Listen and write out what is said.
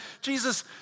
Jesus